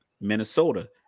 Minnesota